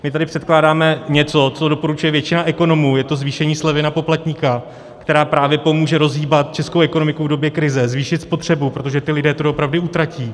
My tady předkládáme něco, co doporučuje většina ekonomů, je to zvýšení slevy na poplatníka, které právě pomůže rozhýbat českou ekonomiku v době krize, zvýšit spotřebu, protože ti lidé to doopravdy utratí.